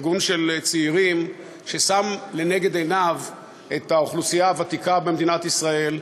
ארגון של צעירים ששם לנגד עיניו את האוכלוסייה הוותיקה במדינת ישראל.